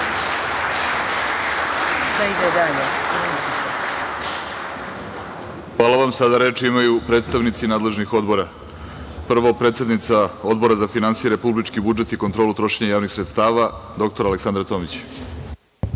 Orlić** Hvala vam. Sada reč imaju predstavnici nadležnih odbora. Prvo, predsednica Odbora za finansije, republički budžet i kontrolu trošenja javnih sredstava dr Aleksandra